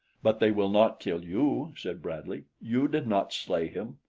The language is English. but they will not kill you, said bradley. you did not slay him.